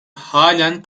halen